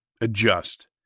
Adjust